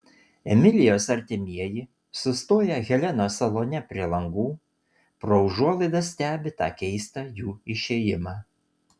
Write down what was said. emilijos artimieji sustoję helenos salone prie langų pro užuolaidas stebi tą keistą jų išėjimą